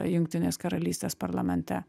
jungtinės karalystės parlamente